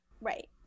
Right